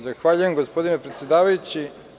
Zahvaljujem gospodine predsedavajući.